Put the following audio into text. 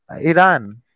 Iran